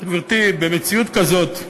גברתי, במציאות כזאת,